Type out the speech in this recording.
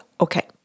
okay